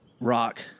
Rock